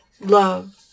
love